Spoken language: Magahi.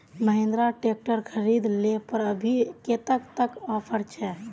महिंद्रा ट्रैक्टर खरीद ले पर अभी कतेक तक ऑफर छे?